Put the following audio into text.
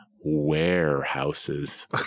warehouses